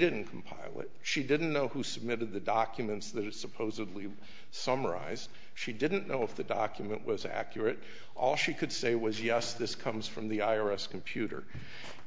didn't compile it she didn't know who submitted the documents that was supposedly summarized she didn't know if the document was accurate all she could say was yes this comes from the i r s computer